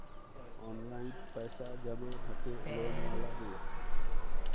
Online पैसा जमा हते लोन वाला में?